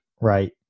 right